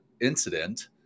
incident